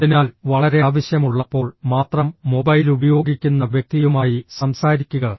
അതിനാൽ വളരെ ആവശ്യമുള്ളപ്പോൾ മാത്രം മൊബൈൽ ഉപയോഗിക്കുന്ന വ്യക്തിയുമായി സംസാരിക്കുക